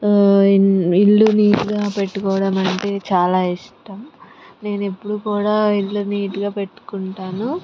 ఇల్లు నీటుగా పెట్టుకోవడం అంటే చాలా ఇష్టం నేను ఎప్పుడూ కూడా ఇల్లు నీటుగా పెట్టుకుంటాను